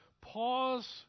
pause